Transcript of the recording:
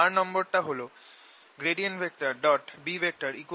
চার নম্বরটা হল B 0